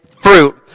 fruit